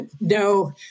no